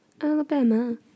Alabama